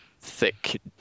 thick